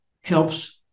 helps